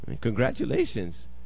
Congratulations